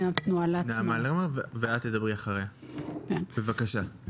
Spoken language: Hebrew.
לרנר, בבקשה.